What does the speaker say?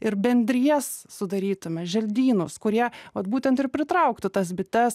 ir bendrijas sudarytume želdynus kurie vat būtent ir pritrauktų tas bites